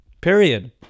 Period